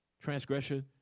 transgression